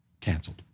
canceled